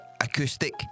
Acoustic